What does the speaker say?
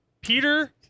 Peter